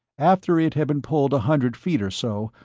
after it had been pulled a hundred feet or so,